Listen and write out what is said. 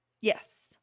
Yes